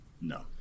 no